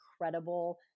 incredible